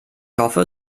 hoffe